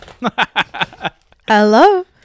Hello